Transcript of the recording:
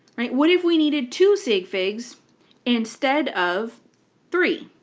right? what if we needed two sigfigs instead of three?